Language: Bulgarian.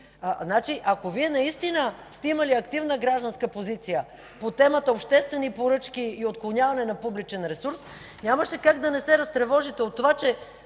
Ако Вие наистина сте имали активна гражданска позиция по темата обществени поръчки и отклоняване на публичния ресурс, нямаше как да не се разтревожите от това, че